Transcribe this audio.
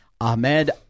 Ahmed